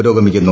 പുരോഗമിക്കുന്നു